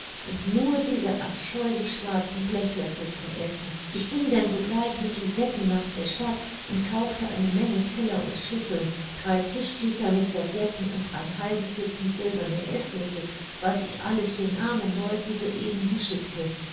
und nur diese abscheulich schwarzen blechlöffel zum essen ich ging denn sogleich mit lisetten nach der stadt und kaufte eine menge teller und schüsseln drei tischtücher mit servietten und ein halbes dutzend silberne eßlöffel was ich alles den armen leuten so eben hinschickte